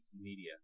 media